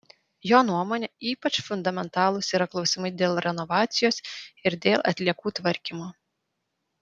jo nuomone ypač fundamentalūs yra klausimai dėl renovacijos ir dėl atliekų tvarkymo